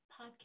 podcast